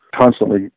constantly